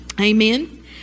Amen